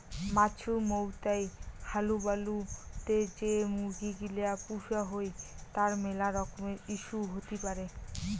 মাছুমৌতাই হালুবালু তে যে মুরগি গিলা পুষা হই তার মেলা রকমের ইস্যু হতি পারে